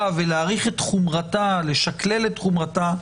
ולא רק זכות להליך הוגן נשמע יותר,